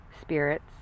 spirits